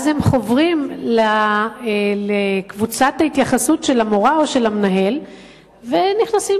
אז הם חוברים לקבוצת ההתייחסות של המורה והמנהל ונכנסים